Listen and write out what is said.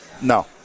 No